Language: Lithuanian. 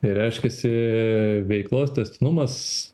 reiškiasi veiklos tęstinumas